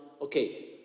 Okay